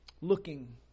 Looking